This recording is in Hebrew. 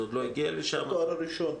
זה עוד לא הגיע לשם -- בעיקר בתואר הראשון.